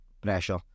pressure